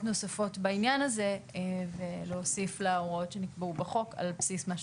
נוספות בעניין הזה ולהוסיף להוראות שנקבעו בחוק על בסיס מה שנקבע.